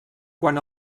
quan